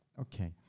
okay